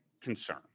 concern